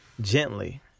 Gently